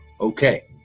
okay